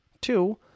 two